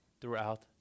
throughout